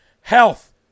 Health